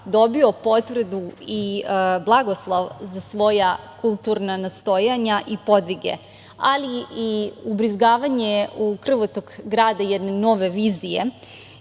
dobio potvrdu i blagoslov za svoja kulturna nastojanja i podvige, ali i ubrizgavanje u krvotok grada jedne nove vizije,